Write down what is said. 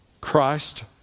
Christ